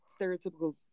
stereotypical